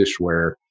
dishware